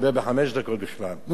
אתה לא חייב חמש דקות.